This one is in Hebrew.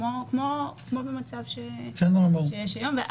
כמו במצב שקיים כיום.